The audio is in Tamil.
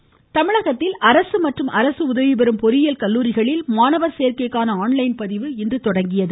மமமமம பொறியியல் தமிழகத்தில் அரசு மற்றும் அரசு உதவிபெறும் பொறியியல் கல்லூரிகளில் மாணவர் சேர்க்கைக்கான ஆன்லைன் பதிவு இன்று தொடங்கியது